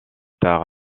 tard